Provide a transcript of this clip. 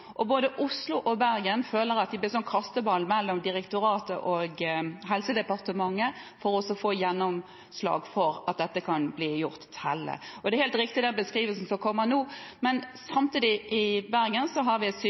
Både Oslo og Bergen føler at de blir en kasteball mellom direktoratet og Helse- og omsorgsdepartementet for å få gjennomslag for at dette kan bli gjort tellende. Den er helt riktig, den beskrivelsen som kommer nå, men samtidig har vi i Bergen et